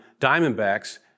Diamondbacks